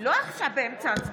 שלא הצביעו.